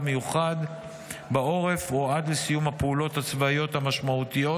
מיוחד בעורף או עד לסיום הפעולות הצבאיות המשמעותיות,